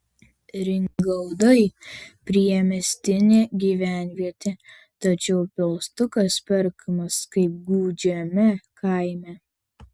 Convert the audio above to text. ringaudai priemiestinė gyvenvietė tačiau pilstukas perkamas kaip gūdžiame kaime